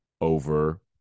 over